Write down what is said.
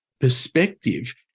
perspective